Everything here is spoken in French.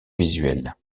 visuelle